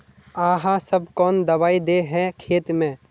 आहाँ सब कौन दबाइ दे है खेत में?